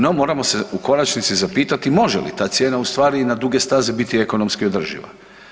No, moramo se u konačnici zapitati može li ta cijena u stvari i na duge staze biti ekonomski održiva.